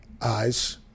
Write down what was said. eyes